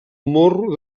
morro